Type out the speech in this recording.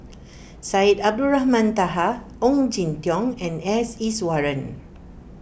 Syed Abdulrahman Taha Ong Jin Teong and S Iswaran